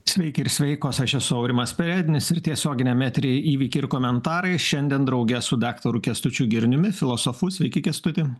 sveiki ir sveikos aš esu aurimas perednis ir tiesioginiame eteryje įvykiai ir komentarai šiandien drauge su daktaru kęstučiu girniumi filosofu sveiki kęstuti